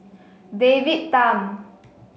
David Tham